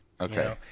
Okay